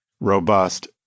robust